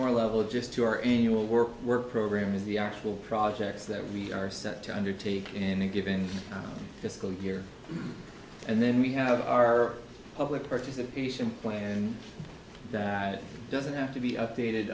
more level just to our annual work work program is the actual projects that we are set to undertake in a given fiscal year and then we have our public participation plan that doesn't have to be updated